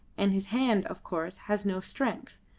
and his hand, of course, has no strength.